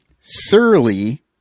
Surly